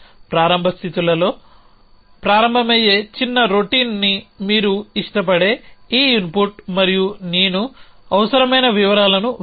ప్రారంభ స్థితులతో ప్రారంభమయ్యే చిన్న రొటీన్ని మీరు ఇష్టపడే ఈ ఇన్పుట్ మరియు నేను అవసరమైన వివరాలను వ్రాయను